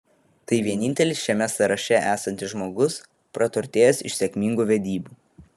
tai vienintelis šiame sąraše esantis žmogus praturtėjęs iš sėkmingų vedybų